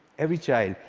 every child.